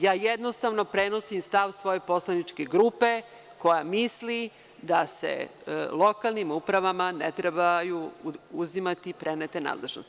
Jednostavno prenosim stav svoje poslaničke grupe koja misli da se lokalnim upravama ne trebaju uzimati prenete nadležnosti.